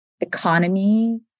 economy